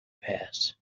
passed